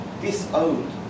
disowned